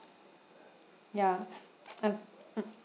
ya I'm mm